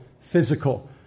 physical